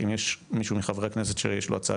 אם יש מישהו מחברי הכנסת שיש לו הצעה